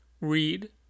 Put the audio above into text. read